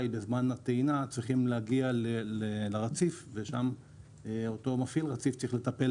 בזמן הטעינה צריכים להגיע לרציף ושם אותו מפעיל רציף צריך לטפל